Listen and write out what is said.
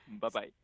Bye-bye